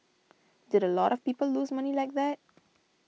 did a lot of people lose money like that